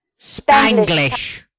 Spanglish